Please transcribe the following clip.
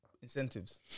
Incentives